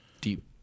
Deep